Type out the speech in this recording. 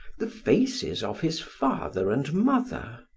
the faces of his father and mother.